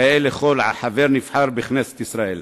כיאה לכל חבר נבחר בכנסת ישראל.